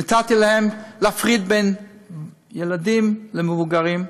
נתתי להם להפריד בין ילדים לבין מבוגרים,